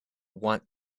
want